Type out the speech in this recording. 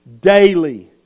daily